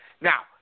Now